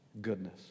goodness